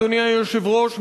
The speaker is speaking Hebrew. אדוני היושב-ראש,